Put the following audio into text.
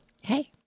hey